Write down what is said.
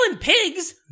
pigs